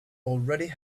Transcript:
already